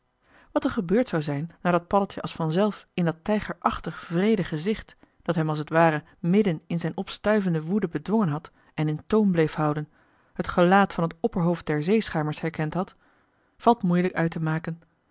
wat er gebeurd zou zijn nadat paddeltje als vanzelf in dat tijgerachtig wreede gezicht dat hem als t ware midden in zijn opstuivende woede bedwongen had en in toom bleef houden het gelaat van het opperhoofd der zeeschuimers herkend had valt moeilijk uit te maken